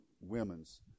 women's